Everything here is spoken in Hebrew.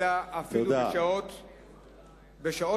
אלא אפילו בשעות האחרונות,